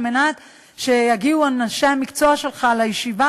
על מנת שיגיעו אנשי המקצוע שלך לישיבה